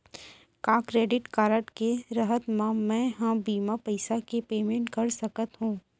का credit card के रहत म, मैं ह बिना पइसा के पेमेंट कर सकत हो?